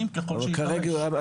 זה לא קרה.